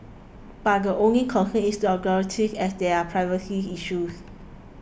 but the only concern is the authorities as there are privacy issues